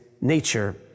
nature